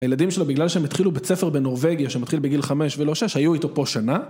הילדים שלו בגלל שהם התחילו בית ספר בנורבגיה, שמתחיל בגיל חמש ולא שש, היו איתו פה שנה.